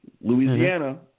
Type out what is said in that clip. Louisiana